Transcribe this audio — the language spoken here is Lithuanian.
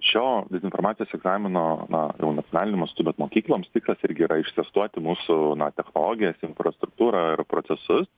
šio dezinformacijos egzamino na jau nacionaliniu mastu bet mokykloms tikslas irgi yra ištestuoti mūsų na technologijas infrastruktūrą ir procesus